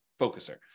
focuser